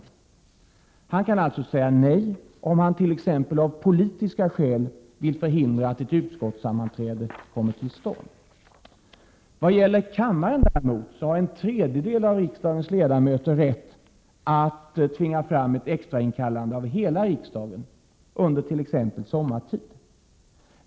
Ordföranden kan alltså säga nej om han eller hon t.ex. av politiska skäl vill förhindra att ett utskotts sammanträde kommer till stånd. Vad gäller kammaren däremot kan en tredjedel av riksdagens ledamöter tvinga fram ett extrainkallande av hela riksdagen under t.ex. sommartid.